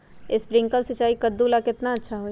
Sprinkler सिंचाई कददु ला केतना अच्छा होई?